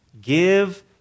Give